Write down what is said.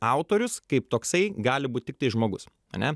autorius kaip toksai gali būt tiktai žmogus ane